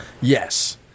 Yes